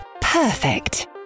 perfect